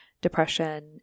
depression